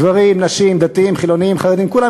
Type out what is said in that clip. גברים, נשים, דתיים, חילונים, חרדים, לחודשיים.